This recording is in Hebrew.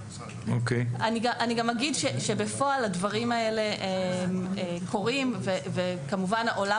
אני גם אגיד שבפועל הדברים האלה קורים וכמובן עולם